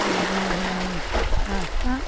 आरो लाय लाफा